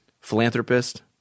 philanthropist